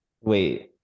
wait